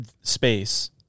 space